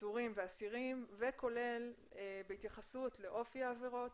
עצורים ואסירים וכולל התייחסות לאופי העבירות.